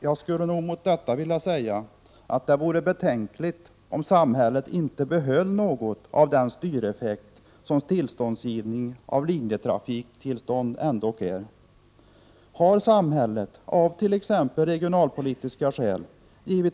Jag skulle mot detta vilja säga att det vore betänkligt om samhället inte behöll något av den styreffekt som tillståndsgivning av linjetrafiktillstånd ändock är.